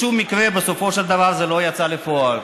בשום מקרה בסופו של דבר זה לא יצא לפועל,